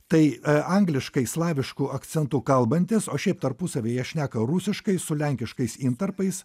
tai angliškai slavišku akcentu kalbantys o šiaip tarpusavy jie šneka rusiškai su lenkiškais intarpais